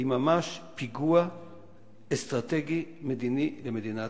היא ממש פיגוע אסטרטגי-מדיני למדינת